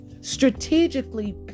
strategically